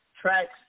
tracks